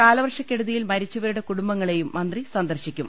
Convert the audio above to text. കാലവർഷക്കെടുതിയിൽ മരിച്ചവരുടെ കുടുംബങ്ങ ളെയും മന്ത്രി സന്ദർശിക്കും